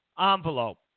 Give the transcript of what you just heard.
envelope